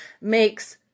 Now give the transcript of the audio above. makes